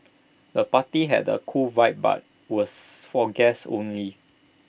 the party had A cool vibe but was for guests only